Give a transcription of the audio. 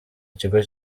ikigo